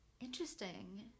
interesting